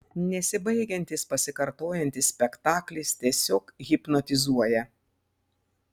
nesibaigiantis pasikartojantis spektaklis tiesiog hipnotizuoja